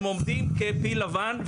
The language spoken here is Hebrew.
הם עומדים כפיל לבן,